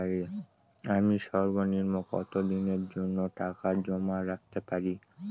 আমি সর্বনিম্ন কতদিনের জন্য টাকা জমা রাখতে পারি?